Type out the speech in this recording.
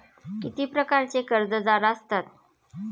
किती प्रकारचे कर्जदार असतात